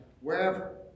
wherever